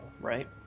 Right